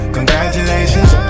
Congratulations